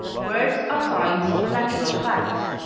words are signs of natural facts.